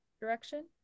direction